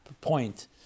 point